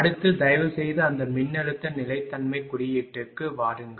அடுத்து தயவுசெய்து அந்த மின்னழுத்த நிலைத்தன்மை குறியீட்டுக்கு வாருங்கள்